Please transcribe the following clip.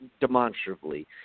demonstrably